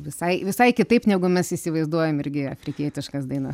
visai visai kitaip negu mes įsivaizduojam irgi afrikietiškas dainas